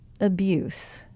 abuse